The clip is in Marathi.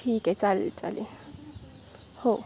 ठीक आहे चालेल चालेल हो